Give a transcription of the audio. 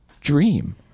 dream